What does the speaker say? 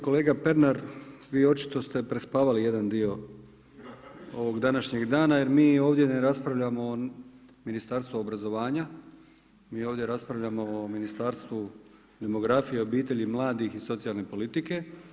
Kolega Pernar, vi očito ste prespavali jedan dio ovog današnjeg dana jer mi ovdje ne raspravljamo o Ministarstvu obrazovanja, mi ovdje raspravljamo o Ministarstvu demografije, obitelji i mladih i socijalne politike.